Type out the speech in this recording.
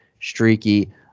streaky